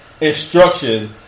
instruction